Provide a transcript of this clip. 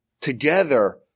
together